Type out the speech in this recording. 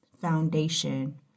foundation